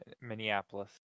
Minneapolis